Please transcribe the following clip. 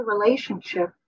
relationship